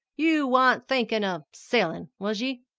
you wan't thinkin' of sellin', was ye?